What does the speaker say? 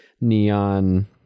neon